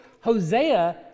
Hosea